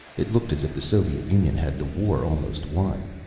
it looked as if the soviet union had the war almost won.